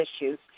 issues